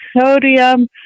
sodium